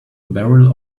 barrel